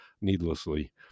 needlessly